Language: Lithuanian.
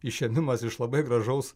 išėmimas iš labai gražaus